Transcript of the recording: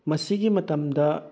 ꯃꯁꯤꯒꯤ ꯃꯇꯝꯗ